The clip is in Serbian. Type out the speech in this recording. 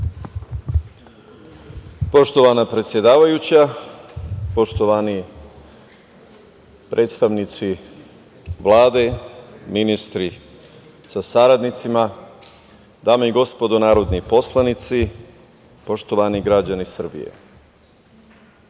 Poštovana predsedavajuća, poštovani predstavnici Vlade, ministri sa saradnicima, dame i gospodo narodni poslanici, poštovani građani Srbije,